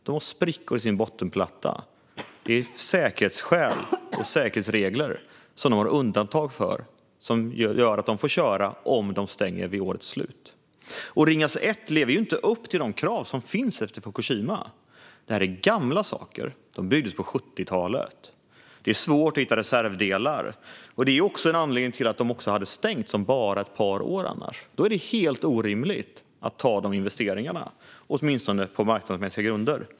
Man har fått göra ett undantag från säkerhetsreglerna, vilket gör att man får köra - om man stänger ned vid årets slut. Dessutom lever inte Ringhals 1 upp till de krav som finns efter Fukushima. Det här är gamla saker som byggdes på 70-talet. Det är svårt att hitta reservdelar. Det är också en anledning till att de annars hade fått stängas om bara ett par år. Det är helt orimligt att ta de investeringarna, åtminstone på marknadsmässiga grunder.